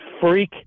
freak